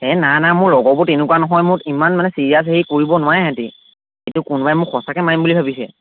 এই না না মোৰ লগৰবোৰ এনেকুৱা নহয় মোক ইমান মানে চিৰিয়াছ হেৰি কৰিব নোৱাৰে সিহঁতে এইটো কোনোবাই মোক সঁচাকৈ মাৰিম বুলি ভাবিছে